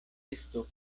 estu